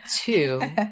two